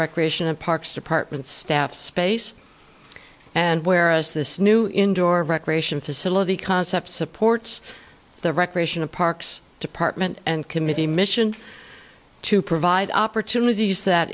recreation and parks department staff space and whereas this new indoor recreation facility concept supports the recreation and parks department and committee mission to provide opportunities that